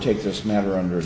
take this matter under